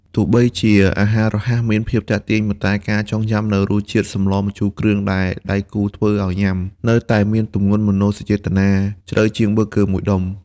ទោះបីជាអាហាររហ័សមានភាពទាក់ទាញ ប៉ុន្តែការចងចាំនូវរសជាតិសម្លម្ជូរគ្រឿងដែលដៃគូធ្វើឱ្យញ៉ាំ នៅតែមានទម្ងន់មនោសញ្ចេតនាជ្រៅជាងប៊ឺហ្គឺមួយដុំ។